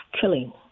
killing